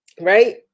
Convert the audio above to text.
Right